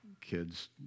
kids